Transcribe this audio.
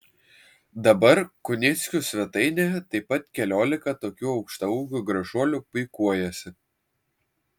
dabar kunickių svetainėje taip pat keliolika tokių aukštaūgių gražuolių puikuojasi